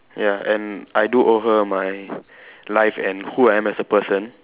ya and I do owe her my life and who I am as a person